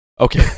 Okay